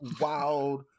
wild